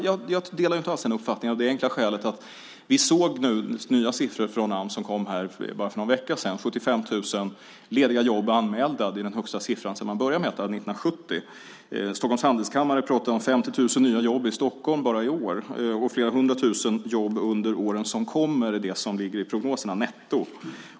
Jag delar inte alls den uppfattningen av det enkla skälet att vi nu såg nya siffror från Ams som kom bara för en vecka sedan. 75 000 lediga jobb anmälda - det är den högsta siffran sedan man började mäta 1970. Stockholms Handelskammare pratar om 50 000 nya jobb i Stockholm bara i år, och flera hundra tusen jobb netto under åren som kommer är det som ligger i prognoserna.